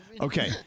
Okay